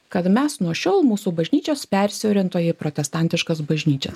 kad mes nuo šiol mūsų bažnyčios persiorientuoja į protestantiškas bažnyčias